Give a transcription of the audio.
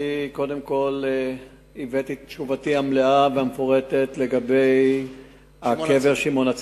אני קודם כול הבאתי את תשובתי המלאה והמפורטת לגבי קבר שמעון הצדיק.